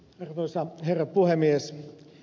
arvoisa herra puhemies